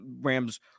Rams